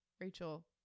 rachel